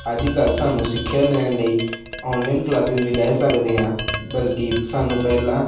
ਅੱਜ ਕੱਲ੍ਹ ਸਾਨੂੰ ਸਿੱਖਿਆ ਲੈਣ ਲਈ ਆਨਲਾਈਨ ਕਲਾਸਿਸ ਵੀ ਲੈ ਸਕਦੇ ਹਾਂ ਬਲਕਿ ਸਾਨੂੰ ਪਹਿਲਾਂ